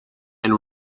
and